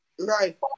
Right